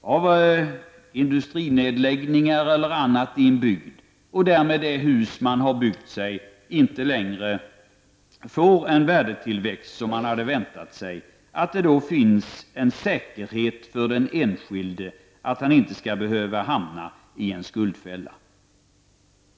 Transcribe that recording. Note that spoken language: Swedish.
om industrinedläggning eller annat ien bygd så att det hus man har byggt inte längre får den värdetillväxt man har väntat sig, finns det en säkerhet för den enskilde så att han inte behöver hamna i en skuldfälla.